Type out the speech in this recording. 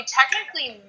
technically